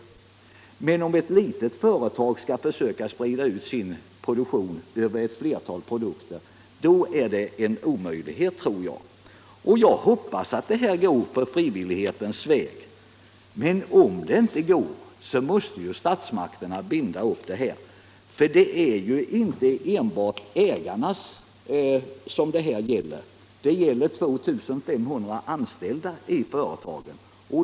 Jag tror att det är en omöjlighet för ett litet företag att sprida ut sin produktion över ett flertal produkter. Jag hoppas att en omstrukturering skall kunna genomföras på frivillighetens väg. Men om det inte går, måste statsmakterna binda upp stödet till vissa förutsättningar. Det är ju inte enbart ägarna till glasindustrin som det här gäller utan också de 2 500 anställda i dessa företag.